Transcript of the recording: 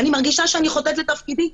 אני מרגישה שאני חוטאת לתפקידי.